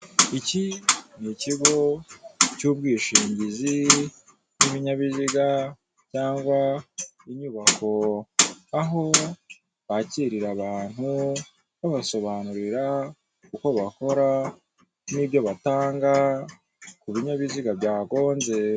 Iki ni ikigo cy'ubwishingizi cy'ibinyabiziga cyangwa, inyubako aho bakirira abantu babasobanurira uko bakora n'ibyo batanga ku binyabiziga byagonzwe.